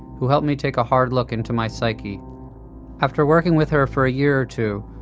who helped me take a hard look into my psyche after working with her for a year or two,